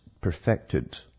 perfected